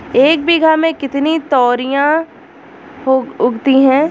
एक बीघा में कितनी तोरियां उगती हैं?